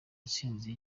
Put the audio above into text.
itsinzi